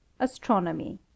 astronomy